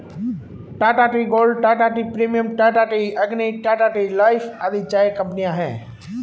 Tata tea gold, Tata tea premium, Tata tea Agni, Tata tea life आदि चाय कंपनियां है